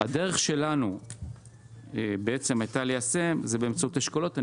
והדרך שלנו ליישם הייתה באמצעות אשכולות.